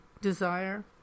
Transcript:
desire